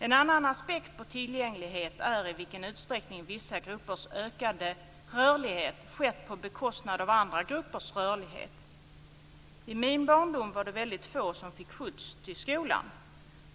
En annan aspekt på tillgänglighet är i vilken utsträckning vissa gruppers ökade rörlighet skett på bekostnad av andra gruppers rörlighet. I min barndom var det väldigt få som fick skjuts till skolan.